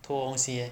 偷东西 eh